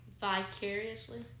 Vicariously